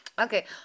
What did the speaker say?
Okay